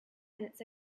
minutes